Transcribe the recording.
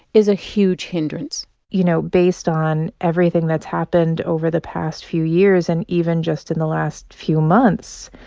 is a huge hindrance you know, based on everything that's happened over the past few years and even just in the last few months,